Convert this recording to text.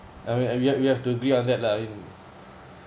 I mean you have you have to agree on that lah I mean